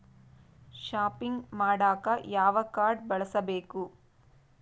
Shopping ಮಾಡಾಕ ಯಾವ card ಬಳಸಬೇಕು?